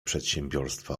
przedsiębiorstwa